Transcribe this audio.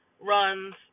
runs